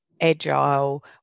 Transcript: agile